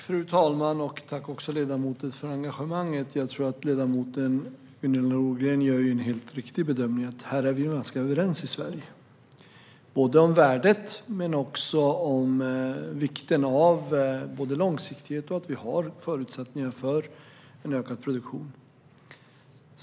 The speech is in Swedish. Fru talman! Tack också för ledamotens engagemang! Jag tror att ledamoten Gunilla Nordgren gör en helt riktig bedömning att vi är överens i Sverige om värdet och vikten av långsiktighet och förutsättningar för en ökad produktion.